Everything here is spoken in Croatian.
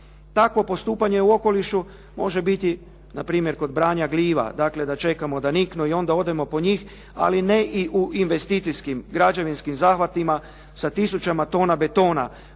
Takvo postupanje u okolišu može biti na primjer kod branja gljiva dakle da čekamo da niknu i onda odemo po njih, ali ne i u investicijskim građevinskim zahvatima sa tisućama tona betona.